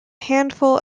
handful